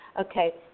Okay